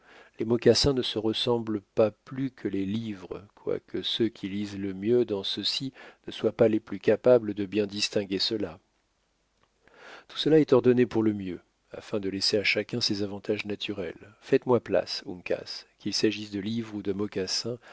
les mocassins ne se ressemblent pas plus que les livres quoique ceux qui lisent le mieux dans ceux-ci ne soient pas les plus capables de bien distinguer ceux-là tout cela est ordonné pour le mieux afin de laisser à chacun ses avantages naturels faites-moi place uncas qu'il s'agisse de livres ou de mocassins